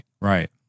right